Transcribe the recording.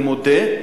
אני מודה,